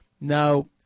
Now